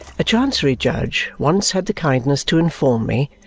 a chancery judge once had the kindness to inform me,